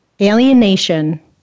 alienation